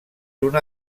una